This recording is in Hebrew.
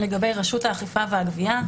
לגבי רשות האכיפה והגבייה,